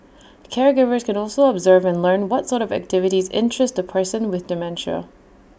caregivers can also observe and learn what sort of activities interest A person with dementia